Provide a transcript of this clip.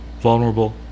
vulnerable